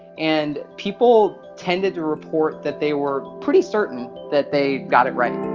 and people tended to report that they were pretty certain that they got it right.